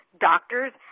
Doctors